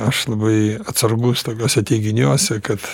aš labai atsargus tokiuose teiginiuose kad